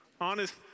Honest